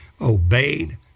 obeyed